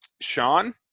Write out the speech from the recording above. sean